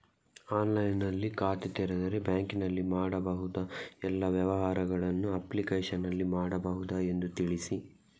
ಆನ್ಲೈನ್ನಲ್ಲಿ ಖಾತೆ ತೆರೆದರೆ ಬ್ಯಾಂಕಿನಲ್ಲಿ ಮಾಡಬಹುದಾ ಎಲ್ಲ ವ್ಯವಹಾರಗಳನ್ನು ಅಪ್ಲಿಕೇಶನ್ನಲ್ಲಿ ಮಾಡಬಹುದಾ ಎಂದು ತಿಳಿಸಿ?